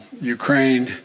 Ukraine